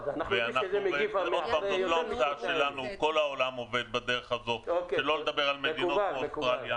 כל העולם עובד בדרך הזאת, גם מדינות יותר קפדניות.